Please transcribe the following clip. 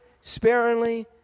sparingly